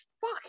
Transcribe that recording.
fuck